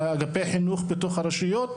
לאגפי החינוך בתוך הרשויות,